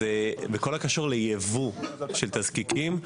בכל הקשור ליבוא של תזקיקים,